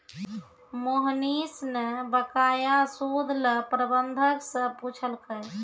मोहनीश न बकाया सूद ल प्रबंधक स पूछलकै